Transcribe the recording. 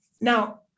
Now